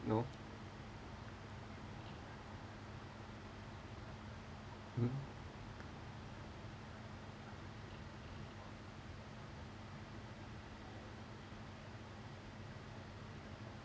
you know hmm